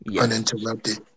Uninterrupted